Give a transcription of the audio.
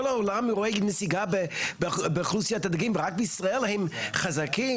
כל העולם רואה נסיגה באוכלוסיית הדגים ורק בישראל הם חזקים?